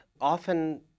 often